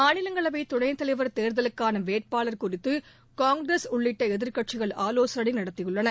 மாநிலங்களவை துணைத்தலைவர் தேர்தலுக்கான வேட்பாளர் குறித்து காங்கிரஸ் உள்ளிட்ட எதிர்கட்சிகள் ஆலோசனை நடத்தியுள்ளன